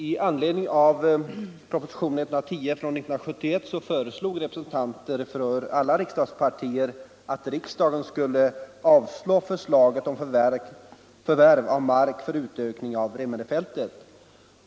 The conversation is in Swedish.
I anledning av propositionen 110 år 1971 föreslog representanter för alla riksdagspartier att riksdagen skulle avslå förslaget om förvärv av mark för utökning av Remmenefältet.